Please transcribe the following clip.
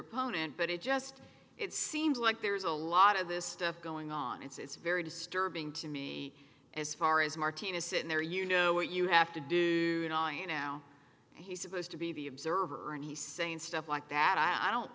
opponent but it just it seems like there's a lot of this stuff going on it's very disturbing to me as far as martina sitting there you know what you have to do now he's supposed to be the observer and he's saying stuff like that i don't